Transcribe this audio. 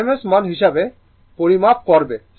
এটি এটিকে RMS মান হিসাবে পরিমাপ করবে